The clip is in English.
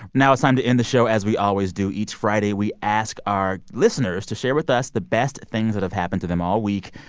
now it's time to end the show as we always do each friday. we ask our listeners to share with us the best things that have happened to them all week.